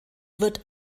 wird